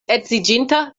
edziĝinta